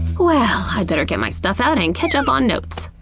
well, i'd better get my stuff out and catch up on notes.